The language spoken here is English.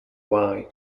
why